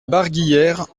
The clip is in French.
barguillère